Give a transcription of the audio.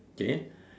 okay